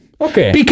Okay